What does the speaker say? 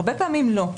הרבה פעמים לא,